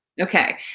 Okay